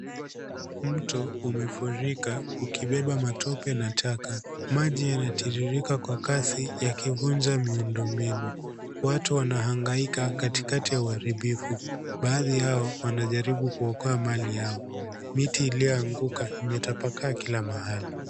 Mto umefurika ukibeba matope na taka maji yanatirirka kwa kasi yakivunja miundombinu, watu wanahangaika katikati ya uharibifu, baadhi yao wanajaribu kuokoa mali yao. Miti iliyoanguka imetapakaa kila mahali.